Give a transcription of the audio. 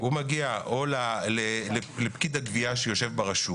הוא מגיע או לפקיד הגבייה שיושב ברשות,